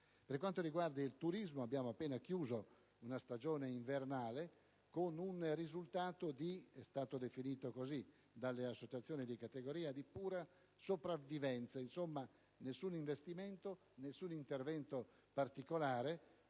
Per quanto riguarda il turismo, si è appena chiusa la stagione invernale, con un risultato che è stato definito dalle associazioni di categoria di pura sopravvivenza: nessun investimento, nessun intervento particolare,